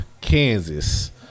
Kansas